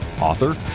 author